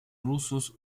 rusos